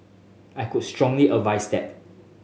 I could strongly advise that